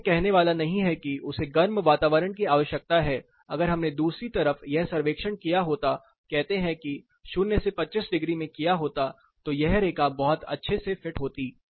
कोई यह कहने वाला नहीं है कि उसे गर्म वातावरण की आवश्यकता है अगर हमने दूसरी तरफ यह सर्वेक्षण किया होता कहते हैं कि 0 से 25 डिग्री में किया होता तो यह रेखा बहुत अच्छे से फिट होती